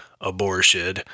abortion